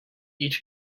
each